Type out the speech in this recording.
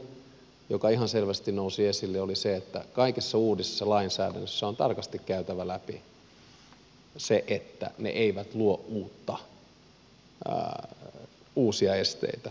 toinen joka ihan selvästi nousi esille oli se että kaikessa uudessa lainsäädännössä on tarkasti käytävä läpi se että se ei luo uusia esteitä